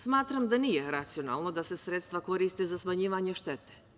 Smatram da nije racionalno da se sredstva koriste za smanjivanje štete.